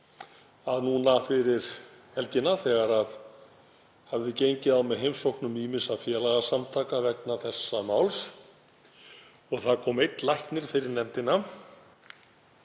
er. Núna fyrir helgina, þegar hafði gengið á með heimsóknum ýmissa félagasamtaka vegna þessa máls og kom einn læknir fyrir nefndina